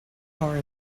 are